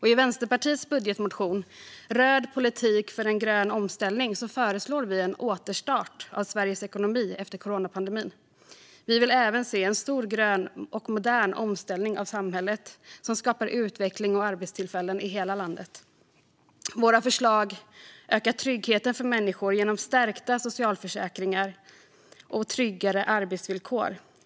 I Vänsterpartiets budgetmotion, Röd politik för en grön omställning , föreslår vi en återstart av Sveriges ekonomi efter coronapandemin. Vi vill även se en stor grön och modern omställning av samhället som skapar utveckling och arbetstillfällen i hela landet. Våra förslag ökar tryggheten för människor genom stärkta socialförsäkringar och tryggare arbetsvillkor.